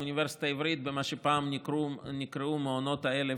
האוניברסיטה העברית במה שפעם נקראו מעונות האלף,